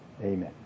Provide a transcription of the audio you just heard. Amen